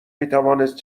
میتوانست